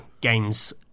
games